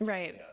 Right